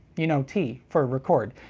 you know, t for record,